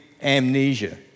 amnesia